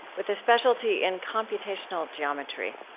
with a specialty in computational geometry.